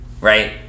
Right